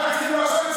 לא ישבת אצלם?